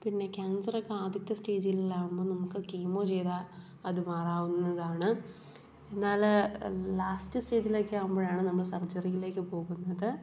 പിന്നെ ക്യാൻസറൊക്ക ആദ്യത്തെ സ്റ്റേജിലാകുമ്പോൾ നമുക്ക് കീമോ ചെയ്താൽ അത് മാറാവുന്നതാണ് എന്നാൽ ലാസ്റ്റ് സ്റ്റേജിലൊക്കെ ആകുമ്പോഴാണ് നമ്മൾ സർജറിയിലേക്ക് പോകുന്നത്